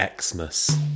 Xmas